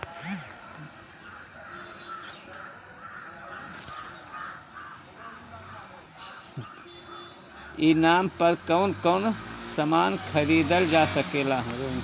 ई नाम पर कौन कौन समान खरीदल जा सकेला?